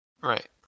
Right